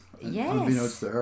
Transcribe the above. Yes